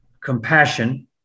compassion